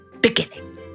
beginning